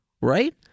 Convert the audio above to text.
right